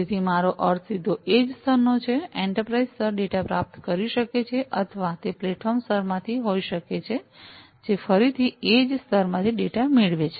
તેથી મારો અર્થ સીધો એડ્જ સ્તરનો છે એન્ટરપ્રાઇઝ સ્તર ડેટા પ્રાપ્ત કરી શકે છે અથવા તે પ્લેટફોર્મ સ્તરમાંથી હોઈ શકે છે જે ફરીથી એડ્જ સ્તરમાંથી ડેટા મેળવે છે